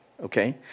Okay